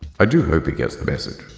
i do hope he gets the message.